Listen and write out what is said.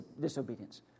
disobedience